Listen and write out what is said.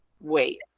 Wait